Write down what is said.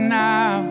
now